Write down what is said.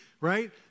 right